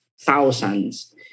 thousands